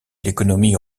l’économie